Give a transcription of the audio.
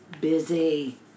busy